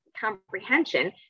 comprehension